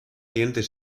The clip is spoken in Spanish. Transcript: dientes